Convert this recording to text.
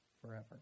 forever